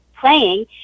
playing